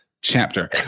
chapter